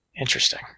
Interesting